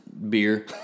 beer